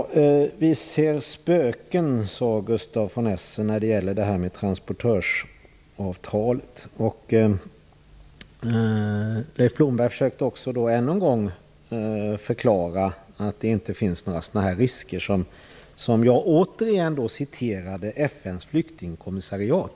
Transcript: Vi ser spöken, sade Gustaf von Essen, när det gäller transportörsavtalet. Leif Blomberg försökte också än en gång förklara att det inte finns några sådana risker som jag återigen citerade från FN:s flyktingkommissariat.